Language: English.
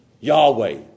Yahweh